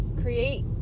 create